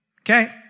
Okay